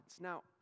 Now